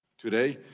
today,